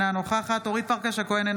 אינה נוכחת אורית פרקש הכהן,